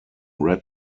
red